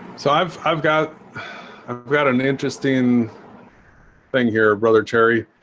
so i've i've got i've got an interesting thing here brother cherry